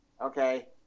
Okay